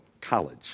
college